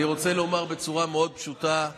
אני רוצה לומר בצורה מאוד פשוטה: